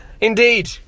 Indeed